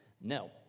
No